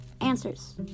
Answers